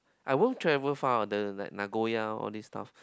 I will travel far the like Nagoya all these stuff